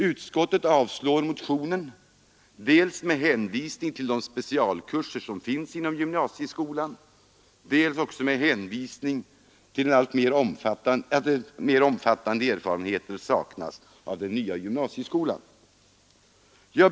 Utskottet avstyrker motionen, dels med hänvisning till de specialkurser som finns inom gymnasieskolan, dels också med hänvisning till att mera omfattande erfarenheter saknas av den nya gymnasieskolan.